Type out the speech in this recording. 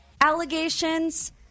allegations